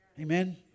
Amen